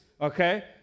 okay